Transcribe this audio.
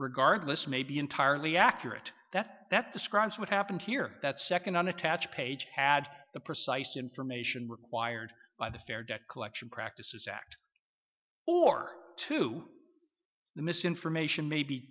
regardless may be entirely accurate that that describes what happened here that second unattached page had a precise information required by the fair debt collection practices act or to the misinformation may be